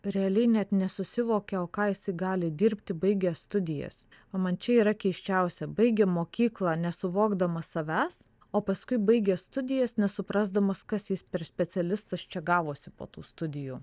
realiai net nesusivokia o ką jisai gali dirbti baigęs studijas o man čia yra keisčiausia baigia mokyklą nesuvokdamas savęs o paskui baigia studijas nesuprasdamas kas jis per specialistas čia gavosi po tų studijų